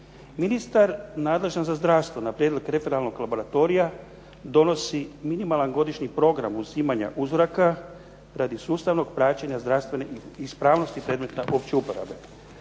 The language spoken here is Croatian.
Ministar nadležan za zdravstvo na prijedlog referalnog laboratorija donosi minimalan godišnji program uzimanja uzoraka radi sustavnog praćenja zdravstvene ispravnosti predmeta opće uporabe.